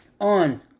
on